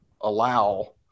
allow